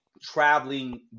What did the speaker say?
traveling